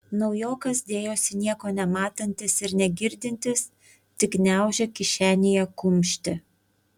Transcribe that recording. naujokas dėjosi nieko nematantis ir negirdintis tik gniaužė kišenėje kumštį